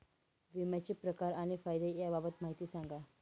विम्याचे प्रकार आणि फायदे याबाबत माहिती सांगा